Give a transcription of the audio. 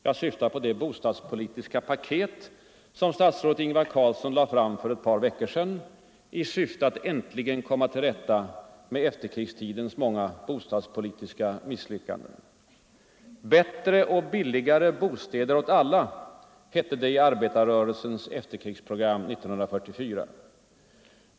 Jag syftar på det bostadspolitiska paket som statsrådet Ingvar Carlsson lade fram för ett par veckor sedan i syfte att äntligen komma till rätta med efterkrigstidens många bostadspolitiska misslyckanden. ”Bättre och billigare bostäder åt alla” — hette det i arbetarrörelsens efterkrigsprogram 1944.